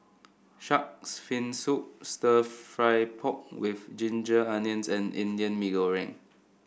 shark's fin soup stir fry pork with Ginger Onions and Indian Mee Goreng